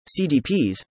CDPs